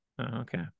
okay